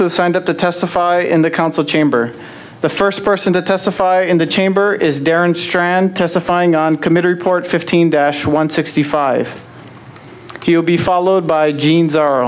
who signed up to testify in the council chamber the first person to testify in the chamber is there and strand testifying on committee report fifteen dash one sixty five he'll be followed by genes are